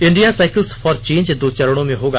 India cycles for change दो चरणों में होगा